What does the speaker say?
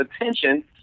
attention